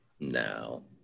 No